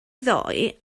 ddoe